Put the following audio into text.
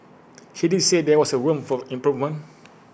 he did say there was A room for improvement